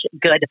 good